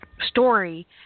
story